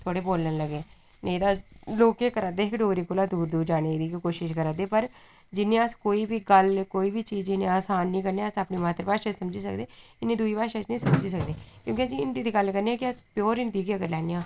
थोह्ड़े बोलन लगे न नेईं ता अस्स लोग केह् करा रदे हे कि डोगरी कोला दूर दूर जाने दी गै कोशिश करा रदे पर जि'यां अस्स कोई बी गल्ल कोई बी चीज इन्नी असानी कन्नै अस्स अपनी मातृभाशा च समझी सकदे इन्नी दुई भाशा च नी समझी सकदे क्योंकि जे हिंदी दी गल्ल करने आं जे अस्स प्योर हिंदी गी के अगर लैने आं